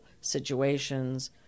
situations